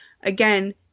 Again